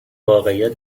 واقعیت